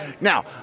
Now